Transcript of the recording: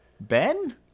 Ben